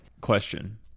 Question